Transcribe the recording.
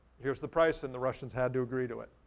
here's the price. and the russians had to agree to it.